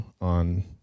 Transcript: on